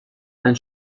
dein